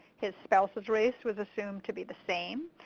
his spouses race was assumed to be the same.